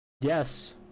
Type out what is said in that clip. Yes